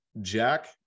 Jack